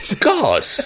God